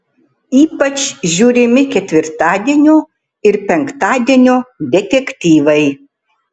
ypač žiūrimi ketvirtadienio ir penktadienio detektyvai